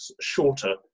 shorter